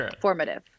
formative